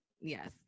yes